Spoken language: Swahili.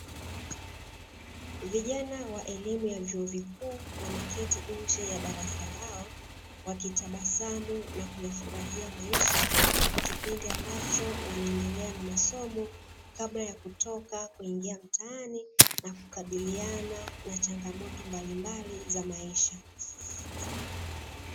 Vijana wa elimu ya vyuo vikuu wameketi nje ya darasa lao wakitabasamu na kuyafurahia maisha kipindi ambacho wanaendelea na masomo kabla ya kutoka kuingia mtaani na kukabiliana na changamoto mbalimbali za maisha.